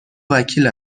وکیل